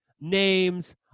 names